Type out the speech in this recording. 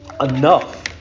enough